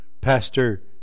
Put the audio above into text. Pastor